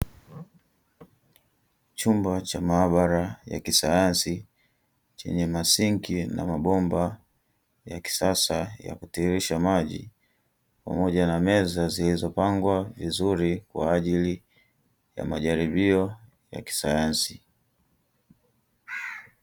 Chumba cha maabara ya kisayansi chenye masinki na mabomba ya kisasa ya kutiririsha maji pamoja na meza zilizopangwa vizuri kwa ajili ya majaribio ya kisayansi.